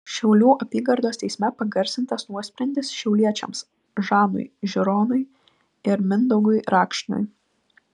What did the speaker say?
šiaulių apygardos teisme pagarsintas nuosprendis šiauliečiams žanui žironui ir mindaugui rakšniui